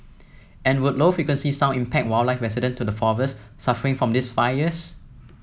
and would low frequency sound impact wildlife resident to the forests suffering from these fires